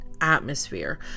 atmosphere